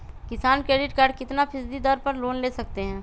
किसान credit card कितना फीसदी दर पर लोन ले सकते हैं?